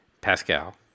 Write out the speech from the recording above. Pascal